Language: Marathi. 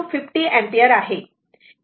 2 50 अँपिअर आहे